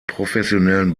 professionellen